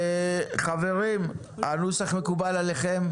חברים, הנוסח מקובל עליכם.